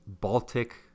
Baltic